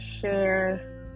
share